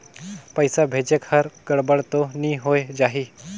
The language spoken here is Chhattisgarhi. पइसा भेजेक हर गड़बड़ तो नि होए जाही?